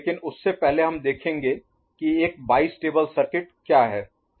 लेकिन उससे पहले हम देखेंगे कि एक बाईस्टेबल सर्किट क्या है